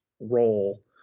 role